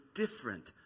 different